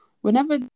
whenever